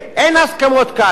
אין הסכמות כאן,